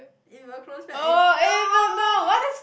if your close friend experience